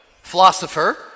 philosopher